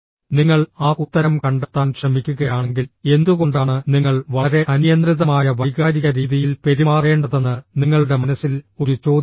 നിങ്ങൾ ആ ഉത്തരം കണ്ടെത്താൻ ശ്രമിക്കുകയാണെങ്കിൽ എന്തുകൊണ്ടാണ് നിങ്ങൾ വളരെ അനിയന്ത്രിതമായ വൈകാരിക രീതിയിൽ പെരുമാറേണ്ടതെന്ന് നിങ്ങളുടെ മനസ്സിൽ ഒരു ചോദ്യവുമില്ല